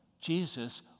Jesus